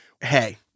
Hey